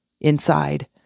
inside